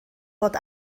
bod